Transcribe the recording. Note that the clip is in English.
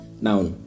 Now